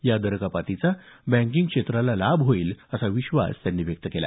या दरकपातीचा बँकिंग क्षेत्राला लाभ होईल असा विश्वास त्यांनी व्यक्त केला